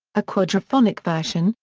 a quadrophonic version,